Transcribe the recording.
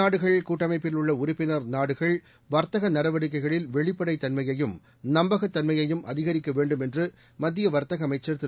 நாடுகள் கூட்டமைப்பில் உள்ள உறுப்பினர் நாடுகள் வர்த்தக பிரிக்ஸ் நடவடிக்கைகளில் வெளிப்படைத்தன்மையும் நம்பகத் தன்மையையும் அதிகரிக்க வேண்டும் என்று மத்திய வர்த்தக அமைச்சர் திரு